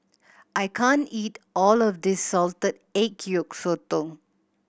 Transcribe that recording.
I can't eat all of this salted egg yolk sotong